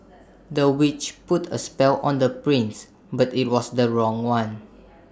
the witch put A spell on the prince but IT was the wrong one